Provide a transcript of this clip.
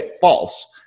false